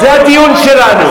זה הדיון שלנו.